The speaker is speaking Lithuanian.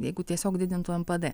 jeigu tiesiog didintų npd